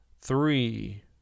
three